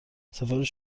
سفارش